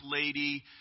lady